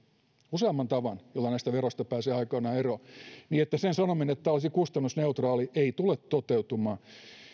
useamman tavan jolla näistä veroista pääsee aikanaan eroon niin että sen sanominen että tämä olisi kustannusneutraali ei tule toteutumaan